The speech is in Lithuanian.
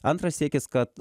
antras siekis kad